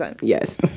Yes